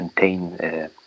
maintain